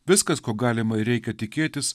viskas ko galima ir reikia tikėtis